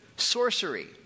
Sorcery